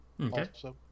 Okay